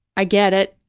i get it.